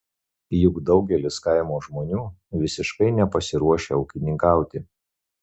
juk daugelis kaimo žmonių visiškai nepasiruošę ūkininkauti